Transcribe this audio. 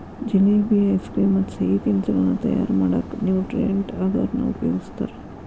jalebi, ice cream ಮತ್ತ್ ಸಿಹಿ ತಿನಿಸಗಳನ್ನ ತಯಾರ್ ಮಾಡಕ್ ನ್ಯೂಟ್ರಿಯೆಂಟ್ ಅಗರ್ ನ ಉಪಯೋಗಸ್ತಾರ